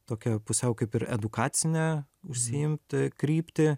tokia pusiau kaip ir edukacine užsiimt kryptį